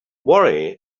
worry